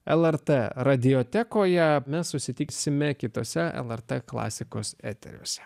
lrt radiotekoje mes susitiksime kituose lrt klasikos eteriuose